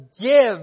give